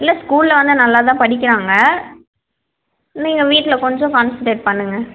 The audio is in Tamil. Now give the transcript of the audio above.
இல்லை ஸ்கூலில் வந்து நல்லா தான் படிக்கிறாங்க நீங்கள் வீட்டில் கொஞ்சோம் கான்செண்ட்ரேட் பண்ணுங்கள்